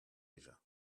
déjà